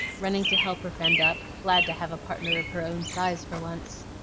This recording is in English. running to help her friend up, glad to have a partner of her own size for once.